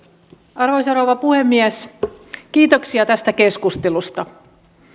arvoisa rouva puhemies kiitoksia tästä keskustelusta